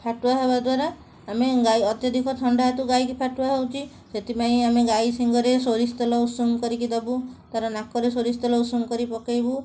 ଫାଟୁଆ ହେବା ଦ୍ଵାରା ଆମେ ଗାଈ ଅତ୍ୟଧିକ ଥଣ୍ଡା ହେତୁ ଗାଈକୁ ଫାଟୁଆ ହେଉଛି ସେଥିପାଇଁ ଆମେ ଗାଈ ଶିଂଘରେ ସୋରିଷତେଲ ଉଷୁମ କରିକି ଦେବୁ ତା'ର ନାକରେ ସୋରିଷତେଲ ଉଷୁମ କରି ପକାଇବୁ